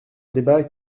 débat